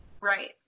right